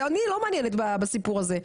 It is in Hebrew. אני לא מעניינת בסיפור הזה,